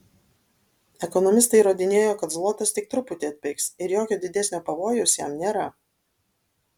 ekonomistai įrodinėjo kad zlotas tik truputį atpigs ir jokio didesnio pavojaus jam nėra